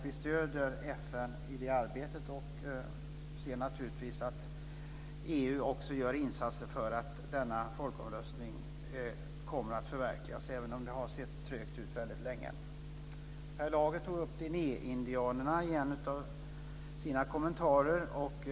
Vi stöder FN i det arbetet och ser naturligtvis att EU också gör insatser för att denna folkomröstning kommer att förverkligas, även om det har sett trögt ut väldigt länge. Per Lager tog upp dineh-indianerna i en av sina kommentarer.